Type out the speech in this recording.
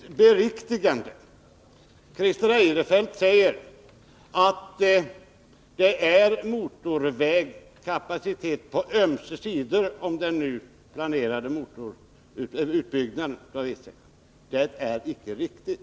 Fru talman! Bara ett beriktigande. Christer Eirefelt säger att det är motorväg på ömse sidor om den nu planerade vägsträckan på E 6. Det är icke riktigt.